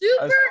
super